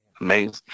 Amazing